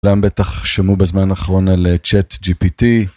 כולם בטח שמעו בזמן האחרון על צ'אט ג'י פי טי.